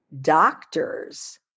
doctors